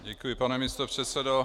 Děkuji, pane místopředsedo.